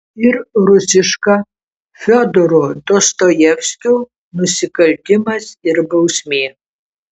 ir rusiška fiodoro dostojevskio nusikaltimas ir bausmė